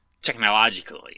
technologically